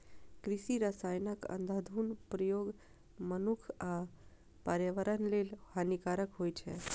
कृषि रसायनक अंधाधुंध प्रयोग मनुक्ख आ पर्यावरण लेल हानिकारक होइ छै